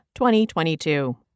2022